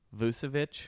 Vucevic